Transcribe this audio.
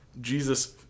Jesus